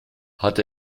hat